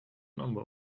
number